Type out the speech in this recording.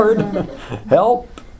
help